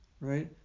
right